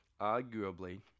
Arguably